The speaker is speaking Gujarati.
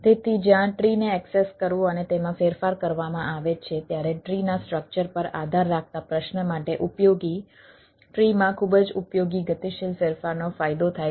તેથી જ્યાં ટ્રીને એક્સેસ કરવું અને તેમાં ફેરફાર કરવામાં આવે છે ત્યારે ટ્રીનાં સ્ટ્રક્ચર પર આધાર રાખતા પ્રશ્ન માટે ઉપયોગી ટ્રીમાં ખૂબ જ ઉપયોગી ગતિશીલ ફેરફારનો ફાયદો થાય છે